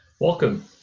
Welcome